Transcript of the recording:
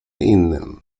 innym